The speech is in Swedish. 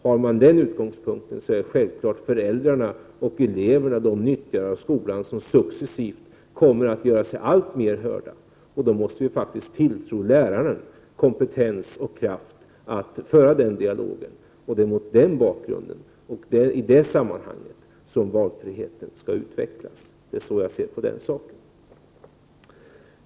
Har man den utgångspunkten är självklart föräldrar och elever de utnyttjare av skolan som successivt kommer att göra sig alltmer hörda. Då måste vi faktiskt tilltro läraren kompetens och kraft att föra den dialogen. Det är mot den bakgrunden och i det sammanhanget som valfriheten skall utvecklas. Det är så jag ser på den saken.